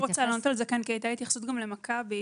כן, כי הייתה התייחסות גם למכבי.